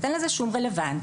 אין לזה שום רלוונטיות,